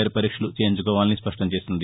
are పరీక్షలు చేయించుకోవాలని స్పష్టం చేసింది